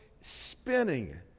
spinning